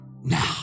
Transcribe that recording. now